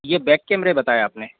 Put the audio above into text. ये बैक कैमरे बताए आपने